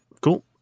cool